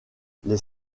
les